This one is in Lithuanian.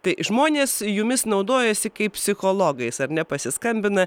tai žmonės jumis naudojasi kaip psichologais ar ne pasiskambina